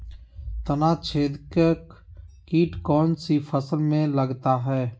तनाछेदक किट कौन सी फसल में लगता है?